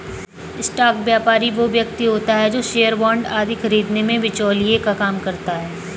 stock व्यापारी वो व्यक्ति होता है जो शेयर बांड आदि खरीदने में बिचौलिए का काम करता है